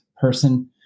person